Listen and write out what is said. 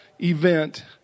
event